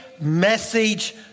message